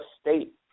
State